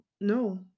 No